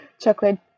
Chocolate